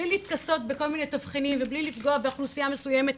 בלי להתכסות בכל מיני תבחינים ובלי לפגוע באוכלוסייה מסוימת.